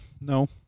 No